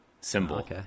symbol